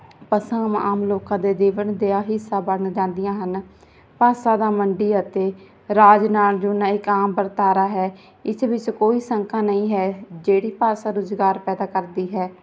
ਭਾਸ਼ਾਵਾਂ ਆਮ ਲੋਕਾਂ ਦੇ ਜੀਵਨ ਦੀਆਂ ਹਿੱਸਾ ਬਣ ਜਾਂਦੀਆਂ ਹਨ ਭਾਸ਼ਾ ਦਾ ਮੰਡੀ ਅਤੇ ਰਾਜ ਨਾਲ ਜੁਨਾ ਇੱਕ ਆਮ ਵਰਤਾਰਾ ਹੈ ਇਸ ਵਿੱਚ ਕੋਈ ਸੰਖਾ ਨਹੀਂ ਹੈ ਜਿਹੜੀ ਭਾਸ਼ਾ ਰੁਜ਼ਗਾਰ ਪੈਦਾ ਕਰਦੀ ਹੈ